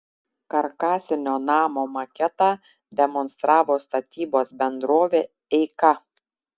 karkasinio namo maketą demonstravo statybos bendrovė eika